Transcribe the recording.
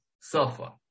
suffer